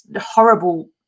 horrible